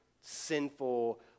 sinful